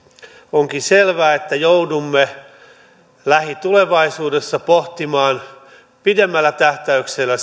onkin selvää että joudumme lähitulevaisuudessa pohtimaan pidemmällä tähtäyksellä